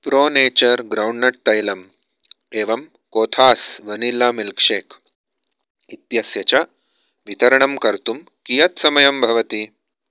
pro nature groundnut तैलम् एवं Kothas vanilla milkshake इत्यस्य च वितरणं कर्तुं कियत् समयं भवति